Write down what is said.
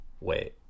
Wait